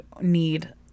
need